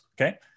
okay